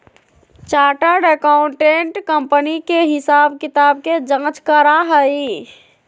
chartered accountant company के हिसाब किताब के जाँच करा हई